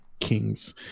kings